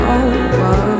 over